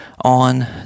on